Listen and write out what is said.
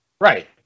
Right